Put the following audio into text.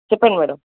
చెప్పండి మేడం